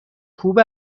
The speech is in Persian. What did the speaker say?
خوب